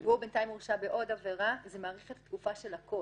הוא בינתיים הורשע בעוד עבירה זה מאריך את התקופה של הכול.